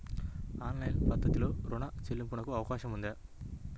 Online పద్ధతిలో రుణ చెల్లింపునకు అవకాశం ఉందా?